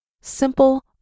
Simple